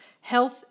health